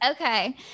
Okay